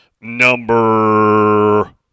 number